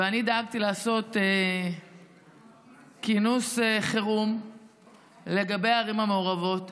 ואני דאגתי לעשות כינוס חירום לגבי הערים המעורבות.